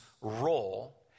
role